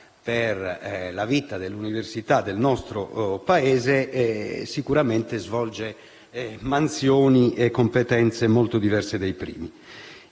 per la vita dell'università del nostro Paese, sicuramente svolge mansioni e competenze molto diverse dai primi.